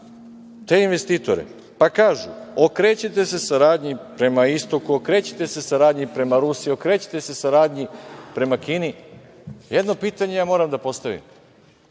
te investitore, pa kažu – okrećite se saradnji prema istoku, okrećite se saradnji prema Rusiji, okrećite se saradnji prema Kini. Jedno pitanje ja moram da postavim